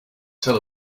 tell